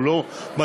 הוא לא מתאים,